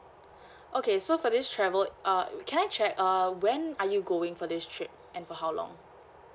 okay so for this travel uh can I check uh when are you going for this trip and for how long